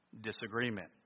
disagreement